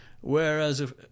whereas